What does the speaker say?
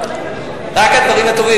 רק הדברים הטובים.